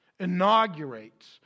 inaugurates